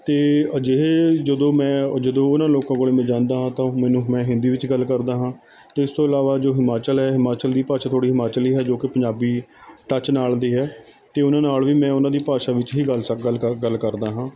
ਅਤੇ ਅਜਿਹੇ ਜਦੋਂ ਮੈਂ ਜਦੋਂ ਉਹਨਾਂ ਲੋਕਾਂ ਕੋਲ ਮੈਂ ਜਾਂਦਾ ਹਾਂ ਤਾਂ ਮੈਨੂੰ ਮੈਂ ਹਿੰਦੀ ਵਿੱਚ ਗੱਲ ਕਰਦਾ ਹਾਂ ਅਤੇ ਇਸ ਤੋਂ ਇਲਾਵਾ ਜੋ ਹਿਮਾਚਲ ਹੈ ਹਿਮਾਚਲ ਦੀ ਭਾਸ਼ਾ ਥੋੜ੍ਹੀ ਹਿਮਾਚਲੀ ਹੈ ਜੋ ਕਿ ਪੰਜਾਬੀ ਟੱਚ ਨਾਲ਼ ਦੀ ਹੈ ਅਤੇ ਉਹਨਾਂ ਨਾਲ਼ ਵੀ ਮੈਂ ਉਹਨਾਂ ਦੀ ਭਾਸ਼ਾ ਵਿੱਚ ਹੀ ਗੱਲ ਸਕ ਗੱਲ ਕਰ ਗੱਲ ਕਰਦਾ ਹਾਂ